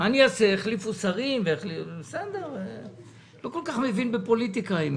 התחלפו שרים אני לא כל כך מבין בפוליטיקה.